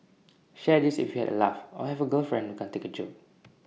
share this if you had A laugh or have girlfriend who can take A joke